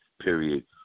period